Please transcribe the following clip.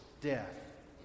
death